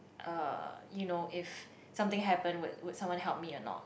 uh you know if something happened would would someone help me or not